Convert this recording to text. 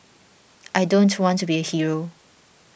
I don't want to be a hero